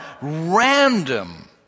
random